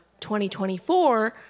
2024